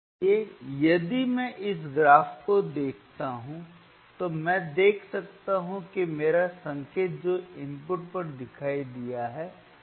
इसलिए यदि मैं इस ग्राफ को देखता हूं तो मैं देख सकता हूं कि मेरा संकेत जो इनपुट पर दिखाई दिया यह पीक वैल्यू है